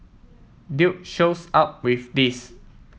dude shows up with this